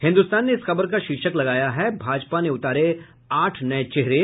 हिन्दुस्तान ने इस खबर का शीर्षक लगाया है भाजपा ने उतारे आठ नये चेहरे